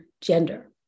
gender